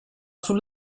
sul